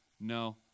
no